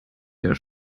der